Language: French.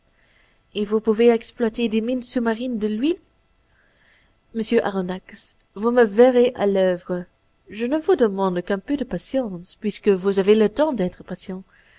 et vous pouvez exploiter des mines sous-marines de houille monsieur aronnax vous me verrez à l'oeuvre je ne vous demande qu'un peu de patience puisque vous avez le temps d'être patient